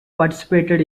participated